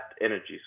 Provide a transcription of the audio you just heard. energies